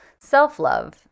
self-love